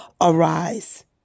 Arise